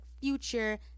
Future